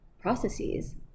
processes